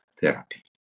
therapy